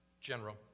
General